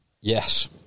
Yes